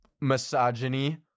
misogyny